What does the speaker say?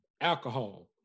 alcohol